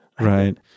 Right